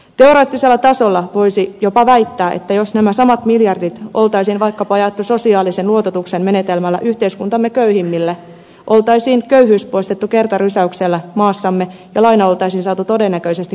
teoreettisella tasolla voisi jopa väittää että jos nämä samat miljardit olisi vaikkapa jaettu sosiaalisen luototuksen menetelmällä yhteiskuntamme köyhimmille olisi köyhyys poistettu kertarysäyksellä maastamme ja laina olisi saatu todennäköisesti korkoineen takaisin